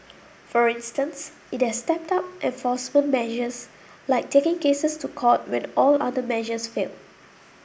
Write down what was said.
for instance it has stepped up enforcement measures like taking cases to court when all other measures failed